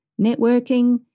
networking